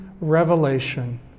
revelation